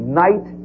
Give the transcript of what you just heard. night